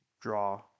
draw